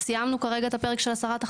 סיימנו כרגע את הפרק הסרת החסמים.